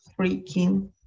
freaking